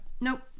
Nope